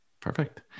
perfect